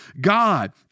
God